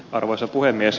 arvoisa puhemies